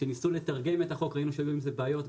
כשניסו לתרגם את החוק ראינו שהיו עם זה בעיות,